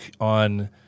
on